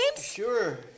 Sure